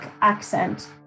accent